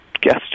guest